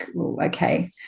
okay